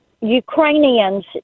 Ukrainians